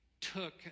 took